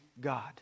God